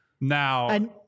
Now